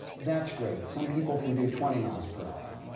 that's great. some people can do twenty miles per hour.